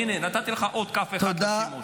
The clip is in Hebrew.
הינה, נתתי לך עוד כ"ף אחת לשימוש.